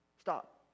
stop